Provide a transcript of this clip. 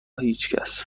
هیچکس